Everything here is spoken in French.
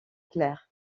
clair